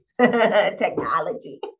technology